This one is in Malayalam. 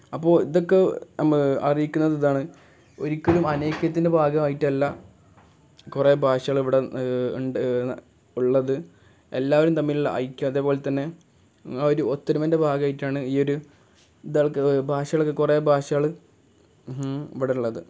അപ്പോൾ ഇതൊക്കെ നമ്മളെ അറിയിക്കുന്നത് ഇതാണ് ഒരിക്കലും അനൈക്യത്തിൻ്റെ ഭാഗമായിട്ടല്ല കുറേ ഭാഷകൾ ഇവിടെ ഉണ്ട് ഉള്ളത് എല്ലാവരും തമ്മിൽ ഐക്യം അതേപോലെ തന്നെ ആ ഒരു ഒത്തൊരുമയുടെ ഭാഗമായിട്ടാണ് ഈ ഒരു ഇതൾക്ക് ഭാഷകളൊക്കെ കുറേ ഭാഷകൾ ഇവിടെ ഉള്ളത്